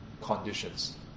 conditions